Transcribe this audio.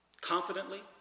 Confidently